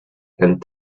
and